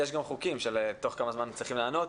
יש גם חוקים שאומרים תוך כמה זמן הם צריכים לענות.